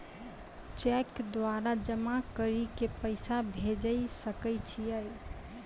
Cheque द्वारा जमा करि के पैसा भेजै सकय छियै?